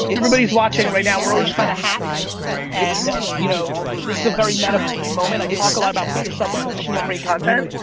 everybody's watching right now. we're always trying to hack and you know this is a very meta moment, i talk a lot about put yourself in a position to create content.